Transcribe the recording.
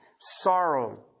sorrow